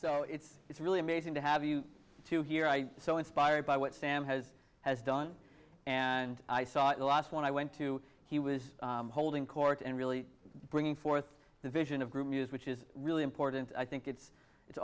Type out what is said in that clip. so it's it's really amazing to have you to hear i so inspired by what sam has has done and i saw it last when i went to he was holding court and really bringing forth the vision of group muse which is really important i think it's